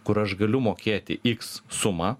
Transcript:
kur aš galiu mokėti iks sumą